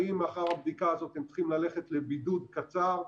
האם לאחר הבדיקה הזאת הם צריכים ללכת לבידוד קצר,